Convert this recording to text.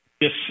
Yes